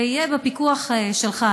ויהיה בפיקוח שלך,